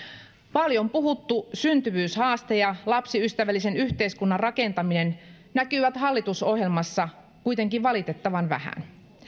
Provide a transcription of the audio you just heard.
paljon puhuttu syntyvyyshaaste ja lapsiystävällisen yhteiskunnan rakentaminen näkyvät hallitusohjelmassa kuitenkin valitettavan vähän